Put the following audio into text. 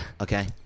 okay